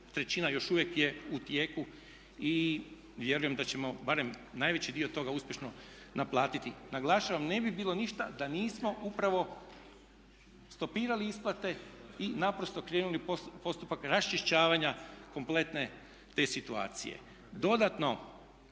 trećina još uvijek je u tijeku i vjerujem da ćemo barem najveći dio toga uspješno naplatiti. Naglašavam ne bi bilo ništa da nismo upravo stopirali isplate i naprosto krenuli postupak raščišćavanja kompletne te situacije. Dodatno